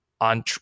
on